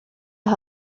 las